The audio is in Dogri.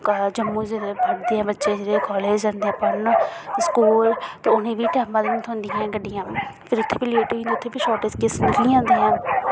जम्मू च पढ़दे ऐ बच्चे जेह्ड़े कॉलेज जंदे ऐ पढ़न स्कूल उ'नें बी टैमा दियां निं थ्होंदियां ऐं गड्डियां फिर उ'त्थें बी लेट होई जंदे उ'त्थें बी शॉर्टेज केस निकली जंदे ऐ